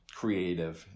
creative